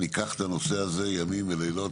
ניקח את הנושא הזה ימים ולילות,